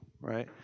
right